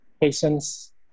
patience